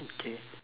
okay